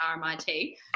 RMIT